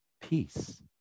Peace